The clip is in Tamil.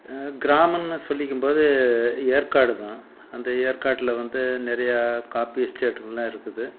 கிராமம்னு சொல்லிக்கும்போது ஏற்காடுதான் அந்த ஏற்காட்டில் வந்து நிறையா காஃபி எஸ்டேட்டுகள்லாம் இருக்குது